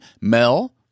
Mel